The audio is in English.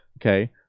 Okay